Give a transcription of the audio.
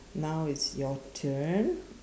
now is your turn